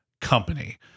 company